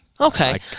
Okay